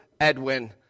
Edwin